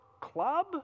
club